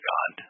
God